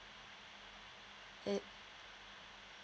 it